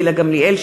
גילה גמליאל,